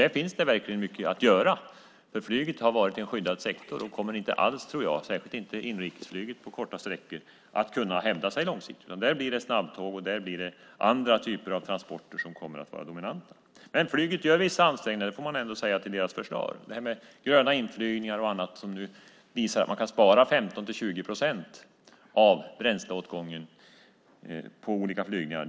Där finns det verkligen mycket att göra, för flyget har varit en skyddad sektor och kommer inte alls, särskilt inte inrikesflyget på korta sträckor, att kunna hävda sig långsiktigt. Där blir det i stället snabbtåg och andra typer av transporter som kommer att vara dominerande. Men flyget gör vissa ansträngningar. Det får man ändå säga till deras försvar. Det handlar till exempel om gröna inflygningar och annat som nu visar att man kan spara 15-20 procent av bränsleåtgången på olika flygningar.